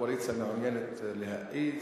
הקואליציה מעוניינת להאיץ,